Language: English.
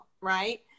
right